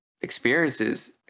experiences